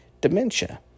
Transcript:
dementia